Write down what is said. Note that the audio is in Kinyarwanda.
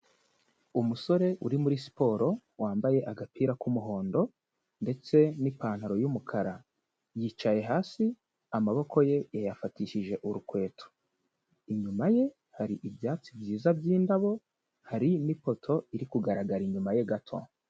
Umusore uri muri siporo wambaye agapira k'umuhondo ndetse n'ipantaro y'umukara, yicaye hasi amaboko ye yayafatishije urukweto. Inyuma ye hari ibyatsi byiza by'indabo, hari n'ipoto iri kugaragara inyuma ye gato.